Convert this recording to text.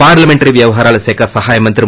parliamentary వ్యవహారాల శాఖ సహాయ మంత్రి వి